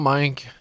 Mike